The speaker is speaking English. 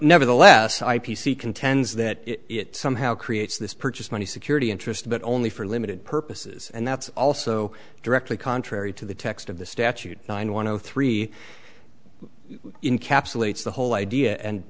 nevertheless i p c contends that it somehow creates this purchased many security interests but only for limited purposes and that's also directly contrary to the text of the statute nine one three in capsulated the whole idea and